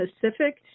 Pacific